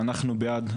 ואנחנו בעד,